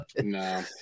No